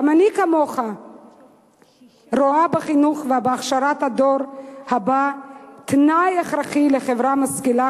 גם אני כמוך רואה בחינוך ובהכשרת הדור הבא "תנאי הכרחי לחברה משכילה,